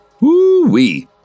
Woo-wee